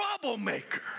troublemaker